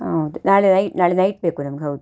ಹೌದು ನಾಳೆ ನೈ ನಾಳೆ ನೈಟ್ ಬೇಕು ನಮ್ಗೆ ಹೌದು